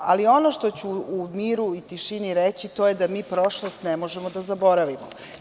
Ali, ono što ću u miru i u tišini reći, a to je da mi prošlost ne možemo da zaboravimo.